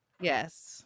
Yes